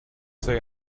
say